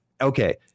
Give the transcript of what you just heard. okay